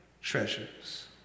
treasures